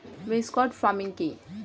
Mixed farming কি?